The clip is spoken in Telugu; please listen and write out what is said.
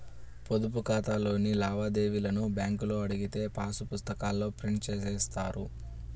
పొదుపు ఖాతాలోని లావాదేవీలను బ్యేంకులో అడిగితే పాసు పుస్తకాల్లో ప్రింట్ జేసి ఇస్తారు